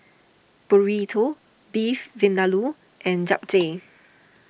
Burrito Beef Vindaloo and Japchae